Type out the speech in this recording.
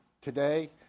today